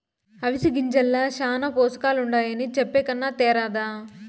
అవిసె గింజల్ల శానా పోసకాలుండాయని చెప్పే కన్నా తేరాదా